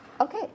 Okay